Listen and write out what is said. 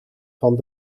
van